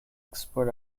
export